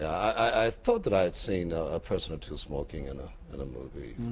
i thought that i had seen a person or two smoking in ah and a movie.